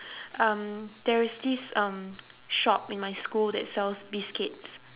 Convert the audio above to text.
um there is this um shop in my school that sells biscuits